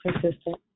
Persistent